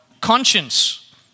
conscience